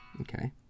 Okay